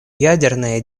ядерная